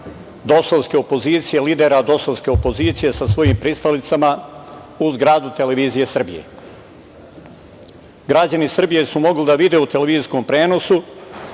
DOS-ovske opozicije, lidera DOS-ovske opozicije sa svojim pristalicama u zgradu Televizije Srbije. Građani Srbije su mogli da vide u televizijskom prenosu